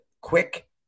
quick